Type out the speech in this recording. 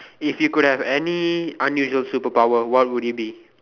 if you could have any unusual superpower what would it be